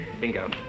bingo